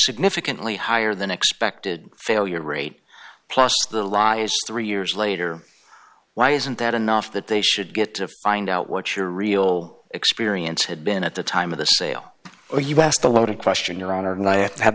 significantly higher than expected failure rate plus the law is three years later why isn't that enough that they should get to find out what your real experience had been at the time of the sale or you asked a loaded question your honor no i ha